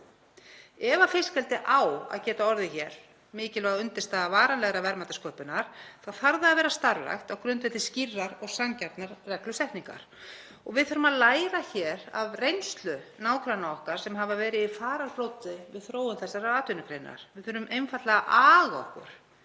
Ef fiskeldi á að geta orðið hér mikilvæg undirstaða varanlegrar verðmætasköpunar þá þarf það að vera starfrækt á grundvelli skýrrar og sanngjarnrar reglusetningar. Við þurfum að læra af reynslu nágranna okkar sem hafa verið í fararbroddi við þróun þessarar atvinnugreinar. Við þurfum einfaldlega að aga okkur